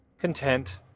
Content